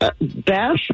Beth